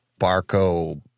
Barco